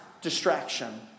distraction